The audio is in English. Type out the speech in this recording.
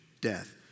death